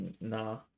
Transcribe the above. No